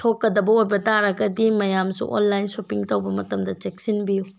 ꯊꯣꯛꯀꯗꯕ ꯑꯣꯏꯕ ꯇꯥꯔꯒꯗꯤ ꯃꯌꯥꯝꯁꯨ ꯑꯣꯟꯂꯥꯏꯟ ꯁꯣꯄꯤꯡ ꯇꯧꯕ ꯃꯇꯝꯗ ꯆꯦꯛꯁꯤꯟꯕꯤꯌꯨ